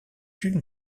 une